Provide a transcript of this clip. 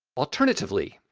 alternatively,